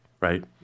right